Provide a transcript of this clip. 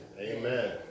Amen